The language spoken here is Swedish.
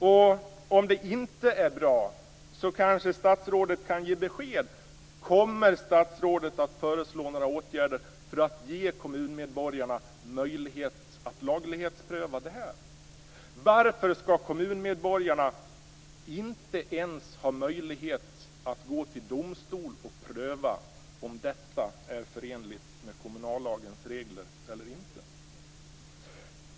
Om det inte är bra kan statsrådet kanske ge besked om statsrådet kommer att föreslå några åtgärder för att ge kommunmedborgarna möjlighet att laglighetspröva detta. Varför skall kommunmedborgarna inte ens ha möjlighet att gå till domstol och pröva om detta är förenligt med kommunallagens regler eller inte?